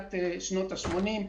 ותחילת שנות ה-80.